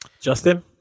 Justin